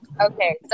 okay